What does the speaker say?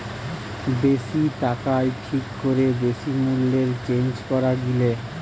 বেশি টাকায় ঠিক করে বেশি মূল্যে চেঞ্জ করা গিলে